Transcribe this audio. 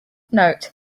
note